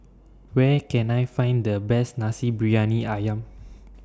Where Can I Find The Best Nasi Briyani Ayam